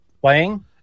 Playing